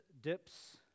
dips